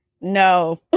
No